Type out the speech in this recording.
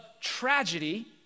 tragedy